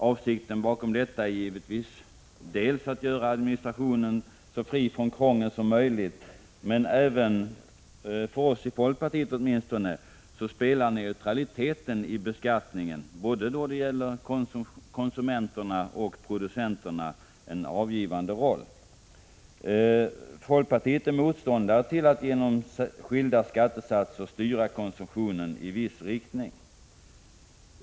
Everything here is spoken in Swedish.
Avsikten bakom detta är givetvis att göra administrationen så fri från krångel som möjligt. Men även neutraliteten i beskattningen av å ena sidan konsumenter na, å andra sidan producenterna spelar, åtminstone för oss i folkpartiet, en — Prot. 1985/86:141 avgörande roll. Folkpartiet är motståndare till att genom skilda skattesatser 14 maj 1986 styra konsumtionen i viss riktning.